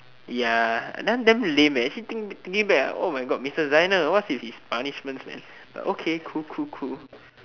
ya that one damn lame eh actually think think back ah oh my god mister Zainal what's with his punishments man like okay cool cool cool